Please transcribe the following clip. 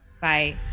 Bye